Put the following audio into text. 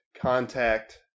contact